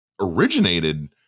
originated